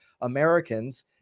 Americans